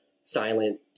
silent